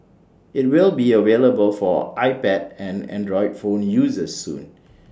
IT will be available for iPad and Android phone users soon